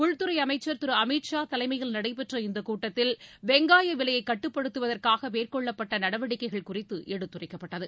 உள்துறை அமைச்சர் திரு அமித் ஷா தலைமையில் நடைபெற்ற இந்த கூட்டத்தில் வெங்காய விலையை கட்டுப்படுத்துவதற்காக மேற்கொள்ளப்பட்ட நடவடிக்கைகள் குறித்து எடுத்துரைக்கப்பட்டது